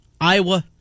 Iowa